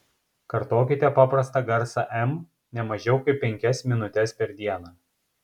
kartokite paprastą garsą m ne mažiau kaip penkias minutes per dieną